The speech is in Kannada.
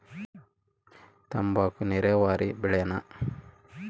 ತಂಬಾಕು ನೇರಾವರಿ ಬೆಳೆನಾ?